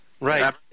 Right